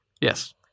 yes